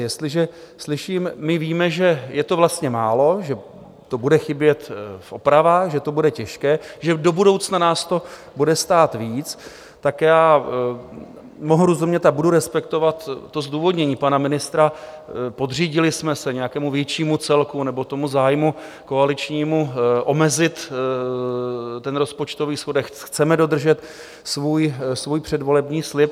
Jestliže slyším: My víme, že je to vlastně málo, že to bude chybět v opravách, že to bude těžké, že do budoucna nás to bude stát víc, tak já mohu rozumět a budu respektovat zdůvodnění pana ministra, podřídili jsme se nějakému většímu celku nebo zájmu koaličnímu omezit ten rozpočtový schodek, chceme dodržet svůj předvolební slib.